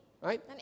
right